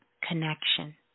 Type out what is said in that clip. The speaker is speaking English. connection